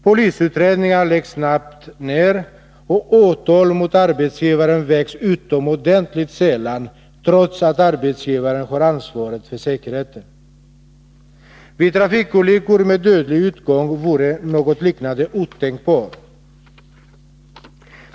Polisutredningar läggs snabbt ned, och åtal mot arbetsgivaren väcks utomordentligt sällan, trots att arbetsgivaren har ansvaret för säkerheten. Något liknande vore otänkbart vid trafikolyckor med dödlig utgång.